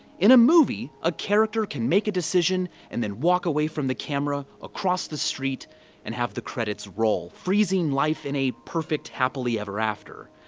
in a movie, a character can make a decision and then walk away from the camera across the street and have the credits roll, freezing life in a perfect happily ever after.